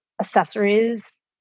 accessories